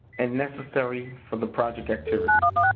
and necessary for the project activities.